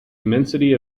immensity